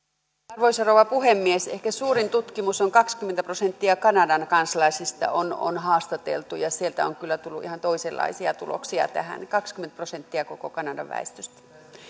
arvoisa rouva puhemies ehkä suurin tutkimus on se kun kaksikymmentä prosenttia kanadan kansalaisista on on haastateltu ja sieltä on kyllä tullut ihan toisenlaisia tuloksia tähän kaksikymmentä prosenttia koko kanadan väestöstä